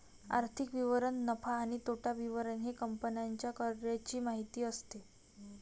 आर्थिक विवरण नफा आणि तोटा विवरण हे कंपन्यांच्या कार्याची माहिती असते